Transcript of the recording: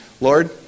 Lord